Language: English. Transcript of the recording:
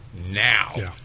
now